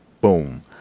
Boom